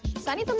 sunny,